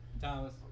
Thomas